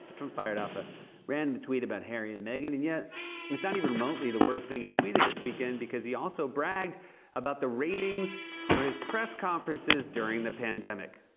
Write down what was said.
trump fired off a random tweet about harry and meghan, and yet it's not even remotely the worst thing he tweeted this weekend because he also bragged about the ratings for his press conferences during the pandemic.